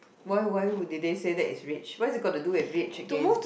why why would did they say that is rich what is it got to do with red chicken